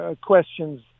questions